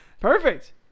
Perfect